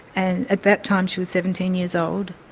and at that time she was seventeen years old,